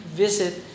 visit